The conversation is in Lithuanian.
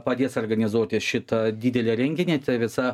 padės organizuoti šitą didelį renginį visą